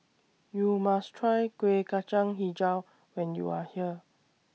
YOU must Try Kueh Kacang Hijau when YOU Are here